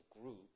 group